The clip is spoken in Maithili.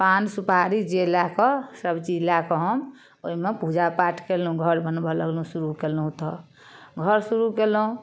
पान सुपारी जे लए कऽ सब चीज लए कऽ हम ओइमे पूजा पाठ कयलहुँ घर बनबऽ लगलहुँ शुरू कयलहुँ तऽ घर शुरू कयलहुँ